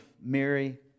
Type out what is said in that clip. Mary